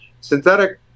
synthetic